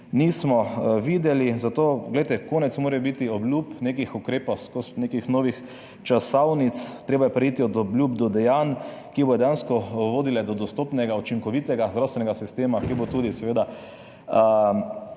(nadaljevanje) Zato, glejte, konec mora biti obljub, nekih ukrepov, skozi nekih novih časovnic, treba je priti od obljub do dejanj, ki bodo dejansko vodile do dostopnega, učinkovitega zdravstvenega sistema, ki bo tudi seveda